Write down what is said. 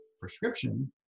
prescription